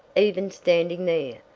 even standing there,